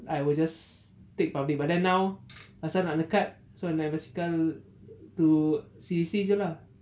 I will just take public but then now pasal nak dekat so I naik basikal to C_D_C jer lah